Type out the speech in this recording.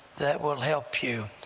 that will help you.